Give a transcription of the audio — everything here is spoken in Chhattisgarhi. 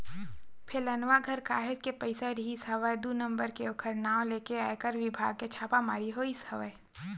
फेलनवा घर काहेच के पइसा रिहिस हवय दू नंबर के ओखर नांव लेके आयकर बिभाग के छापामारी होइस हवय